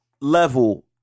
level